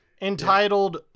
entitled